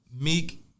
Meek